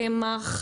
קמח,